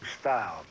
style